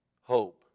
hope